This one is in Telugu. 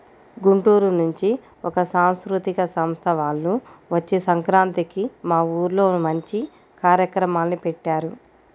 గుంటూరు నుంచి ఒక సాంస్కృతిక సంస్థ వాల్లు వచ్చి సంక్రాంతికి మా ఊర్లో మంచి కార్యక్రమాల్ని పెట్టారు